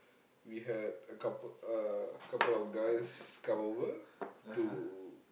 we had a couple uh couple of guys come over to